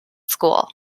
school